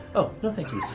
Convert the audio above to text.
oh, no thank